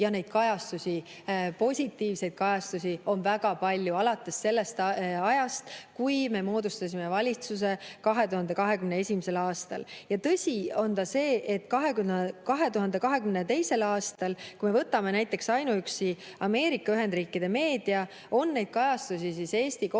Ja neid kajastusi, positiivseid kajastusi on väga palju alates sellest ajast, kui me moodustasime valitsuse 2021. aastal. Tõsi on ka see, et 2022. aastal, kui me võtame näiteks ainuüksi Ameerika Ühendriikide meedia, on neid kajastusi Eesti kohta olnud